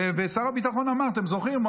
שר הביטחון אמר, אתם זוכרים?